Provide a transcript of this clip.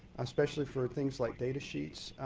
especially for things like data sheets.